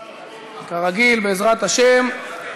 כרגיל, בעזרת השם,